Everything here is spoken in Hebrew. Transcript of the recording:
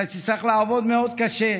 אתה תצטרך לעבוד מאוד קשה.